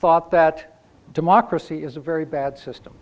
thought that democracy is a very bad system